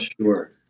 Sure